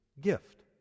gift